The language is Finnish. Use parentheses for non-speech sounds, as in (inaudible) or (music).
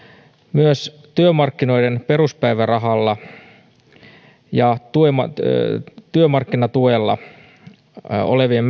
myös työmarkkinoiden peruspäivärahalla (unintelligible) ja työmarkkinatuella olevien (unintelligible)